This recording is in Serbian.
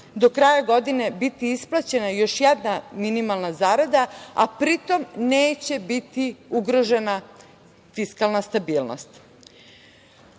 do kraja godine biti isplaćena još jedna minimalna zarada, a pri tom neće biti ugrožena fiskalna stabilnost. Predlog